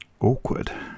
Awkward